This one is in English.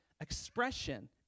expression